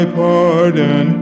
pardon